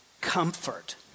comfort